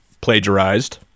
plagiarized